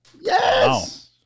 yes